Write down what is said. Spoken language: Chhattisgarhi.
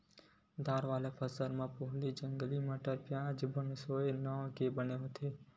दार वाला फसल म पोहली, जंगली मटर, प्याजी, बनसोया नांव के बन होथे